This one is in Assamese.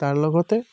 তাৰ লগতে